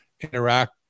interact